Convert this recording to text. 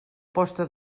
posta